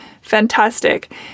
fantastic